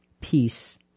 peace